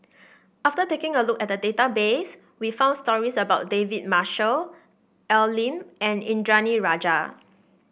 after taking a look at the database we found stories about David Marshall Al Lim and Indranee Rajah